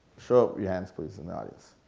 show up your hands please in the audience.